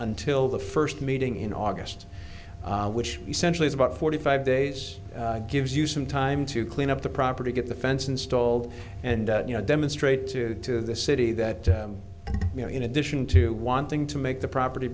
until the first meeting in august which essentially is about forty five days gives you some time to clean up the property get the fence installed and you know demonstrate to to the city that you know in addition to wanting to make the property